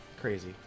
crazy